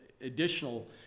additional